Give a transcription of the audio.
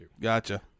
Gotcha